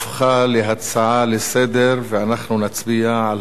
הפכה להצעה לסדר-היום ואנחנו נצביע על